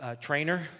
trainer